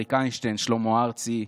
אריק איינשטיין, שלמה ארצי,